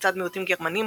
לצד מיעוטים גרמנים,